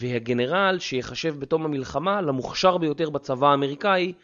והגנרל שיחשב בתום המלחמה למוכשר ביותר בצבא האמריקאי